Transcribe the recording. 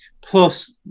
Plus